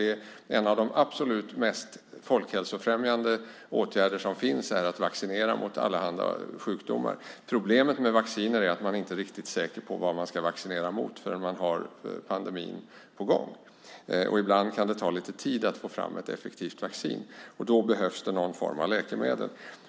En av de mest folkhälsofrämjande åtgärder som finns är att vaccinera mot allehanda sjukdomar. Problemet med vacciner är att man inte är riktigt säker på vad man ska vaccinera mot förrän man har pandemin på gång. Ibland kan det också ta lite tid att få fram ett effektivt vaccin. Då behövs det någon form av läkemedel.